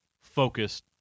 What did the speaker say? focused